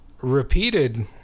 repeated